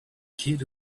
kid